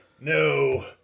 no